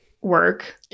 work